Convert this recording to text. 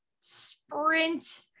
sprint